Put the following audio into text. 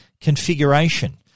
configuration